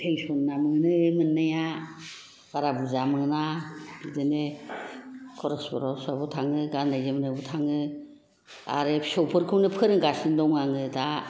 पेन्सनआ मोनो मोननाया बारा बुरजा मोना बिदिनो खरस बरस आवबो थाङो गान्नाय जोमनाय आवबो थाङो आरो फिसौफोरखौनो फोरोंगासिनो दङ आङो दा